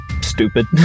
stupid